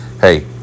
Hey